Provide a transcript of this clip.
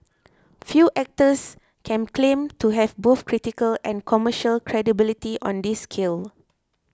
few actors can claim to have both critical and commercial credibility on this scale